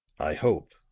i hope,